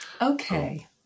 Okay